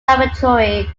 laboratory